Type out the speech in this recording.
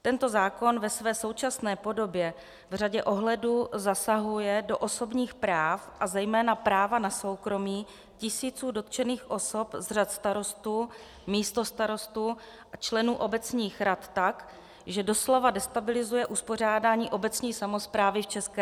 Tento zákon ve své současné podobě v řadě ohledů zasahuje do osobních práv a zejména práva na soukromí tisíců dotčených osob z řad starostů, místostarostů, členů obecních rad tak, že doslova destabilizuje uspořádání obecní samosprávy v ČR.